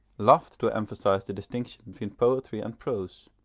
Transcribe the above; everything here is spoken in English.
loved to emphasise the distinction between poetry and prose,